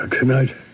Tonight